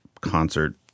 concert